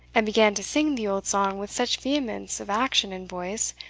and began to sing the old song with such vehemence of action and voice,